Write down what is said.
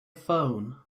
phone